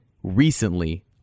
recently